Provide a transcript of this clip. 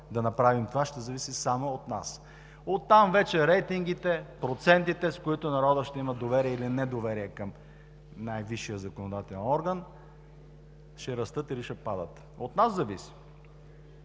да направим това, ще зависи само от нас. Оттам вече дали рейтингите, процентите, с които народът ще има доверие или недоверие към най-висшия законодателен орган, ще растат или ще падат, зависи